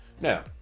Now